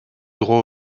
droit